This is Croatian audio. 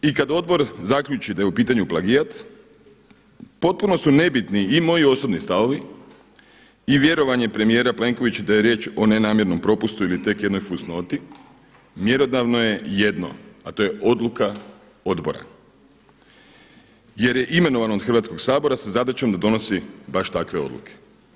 I kad odbor zaključi da je u pitanju plagijat, potpuno su nebitni i moji osobni stavovi i vjerovanje premijera Plenkovića da je riječ o nenamjernoj propusti ili tek jednoj fusnoti mjerodavno je jedno a to je odluka odbora jer je imenovan od Hrvatskog sabora sa zadaćom da donosi baš takve odluke.